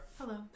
Hello